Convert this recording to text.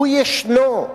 הוא ישנו,